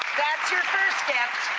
that's your first gift.